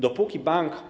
Dopóki bank.